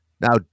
Now